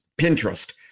Pinterest